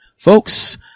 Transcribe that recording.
Folks